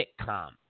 sitcom